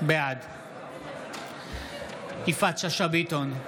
בעד יפעת שאשא ביטון,